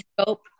scope